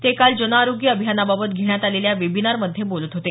ते काल जनआरोग्य अभियानाबाबत घेण्यात आलेल्या वेबिनारमध्ये बोलत होते